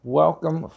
welcome